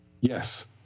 Yes